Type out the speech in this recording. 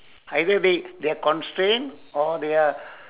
either they they are constrain or they are